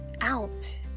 out